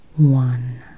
one